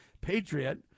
patriot